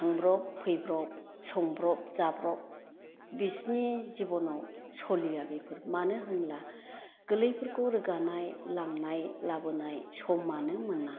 थांब्रब फैब्रब संब्रब जाब्रब बिसिनि जिब'नाव सलिया बेफोर मानो होनोब्ला गोलैफोरखौ रोगानाय लांनाय लाबोनाय समानो मोना